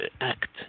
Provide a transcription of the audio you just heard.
act